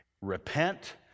repent